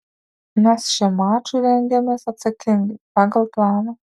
mes šiam mačui rengiamės atsakingai pagal planą